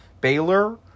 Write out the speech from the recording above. Baylor